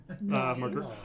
marker